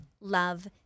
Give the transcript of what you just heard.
love